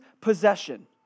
possession